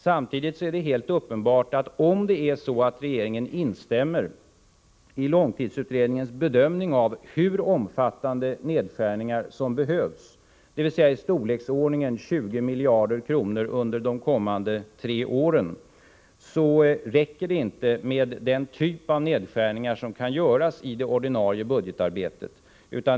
Samtidigt är det helt uppenbart så att om regeringen instämmer i långtidsutredningens bedömning av hur omfattande nedskärningar som behövs, dvs. i storleksordningen 20 miljarder kronor under de kommande tre åren, då räcker det inte med den typ av nedskärningar som kan göras i det ordinarie budgetarbetet.